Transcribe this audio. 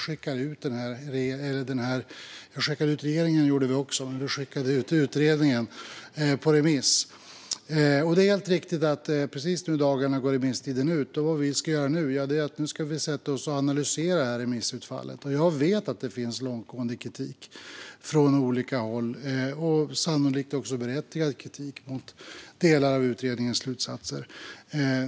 Skickade ut regeringen gjorde vi också! Det är helt riktigt att remisstiden går ut nu i dagarna. Nu ska vi sätta oss och analysera remissutfallet. Jag vet att det finns långtgående och sannolikt också berättigad kritik från olika håll mot delar av utredningens slutsatser.